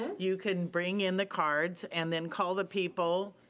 you can bring in the cards and then call the people,